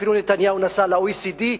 אפילו נתניהו נסע ל-OECD.